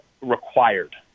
required